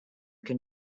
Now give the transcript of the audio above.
can